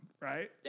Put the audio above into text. right